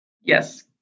Yes